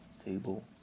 table